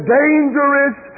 dangerous